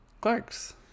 Clarks